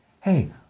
hey